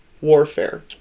warfare